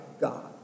God